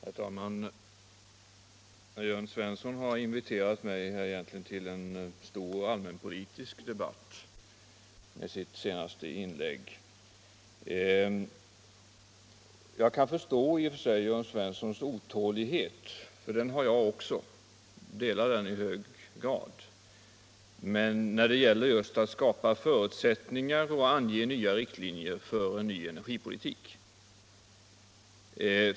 Herr talman! Herr Jörn Svensson har här med sitt inlägg egentligen inviterat mig till en stor allmänpolitisk debatt. Jag kan i och för sig förstå Jörn Svenssons otålighet — den delar jag i hög grad - när det gäller att skapa förutsättningar och ange riktlinjer för en ny energipolitik.